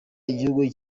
igihugu